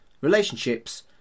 relationships